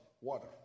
water